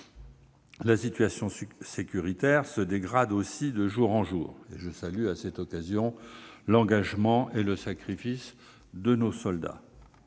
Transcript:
La situation sécuritaire se dégrade aussi de jour en jour. Je profite de l'occasion pour saluer l'engagement et le sacrifice de nos soldats.